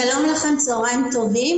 שלום לכם, צהריים טובים.